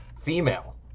female